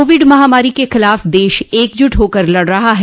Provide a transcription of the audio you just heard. Covid महामारी के खिलाफ देश एकजुट होकर लड़ रहा है